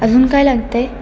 अजून काय लागतं आहे